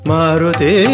Maruti